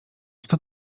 sto